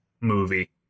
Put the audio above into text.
movie